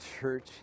church